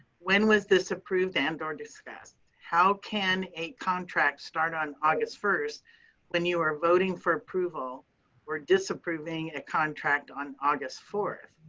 when was this approved and or discussed? how can a contract start on august first when you were voting for approval or disapproving a contract on august fourth?